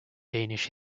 danish